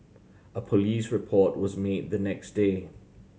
a police report was made the next day